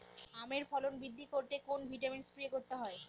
আমের ফলন বৃদ্ধি করতে কোন ভিটামিন স্প্রে করতে হয়?